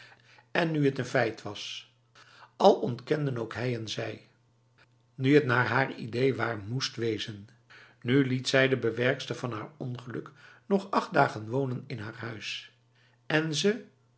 en nu het een feit was al ontkenden ook hij en zij nu het naar haar idee waar moest wezen nu liet zij de bewerkster van haar ongeluk nog acht dagen wonen in haar huis en ze